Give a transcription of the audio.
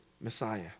Messiah